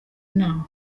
inama